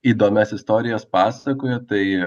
įdomias istorijas pasakoja tai